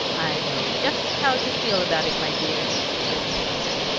i know just how you feel about it, my dear, said mrs. munger.